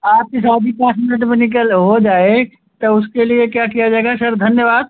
आपकी शादी पाँच मिनट में निकल हो जाए तो उसके लिए क्या किया जाएगा सर धन्यवाद